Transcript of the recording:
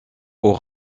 aux